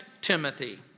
Timothy